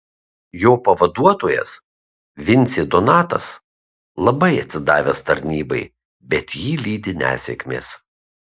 jo pavaduotojas vincė donatas labai atsidavęs tarnybai bet jį lydi nesėkmės